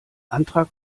antrag